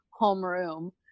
homeroom